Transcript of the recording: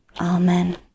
Amen